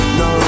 no